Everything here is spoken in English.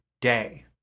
day